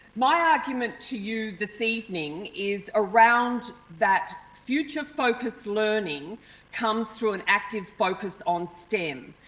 my argument to you this evening is around that future-focused learning comes through an active focus on stem,